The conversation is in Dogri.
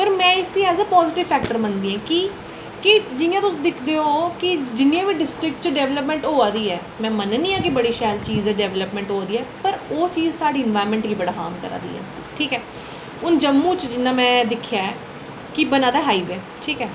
पर में इसी आखर पॉजिटिव फैक्टर मनदी आं की कि जि'यां तुस दिखदे ओ कि जि'यां बी डिस्ट्रिक च डैपलपमैंट होआ दी ऐ में मन्ननी आं कि बड़ी शैल चीज ऐ डैपलपमैंट होआ दी ऐ पर ओह् चीज साढ़ी ह्युमैनिटी गी बड़ा हार्म करै दी ऐ ठीक ऐ हून जम्मू च जि'यां में दिक्खेआ ऐ कि बनै दा हाई वे ठीक ऐ